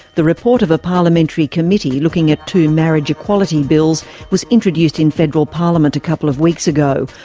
the report of a parliamentary committee looking at two marriage equality bills was introduced in federal parliament a couple of weeks ago,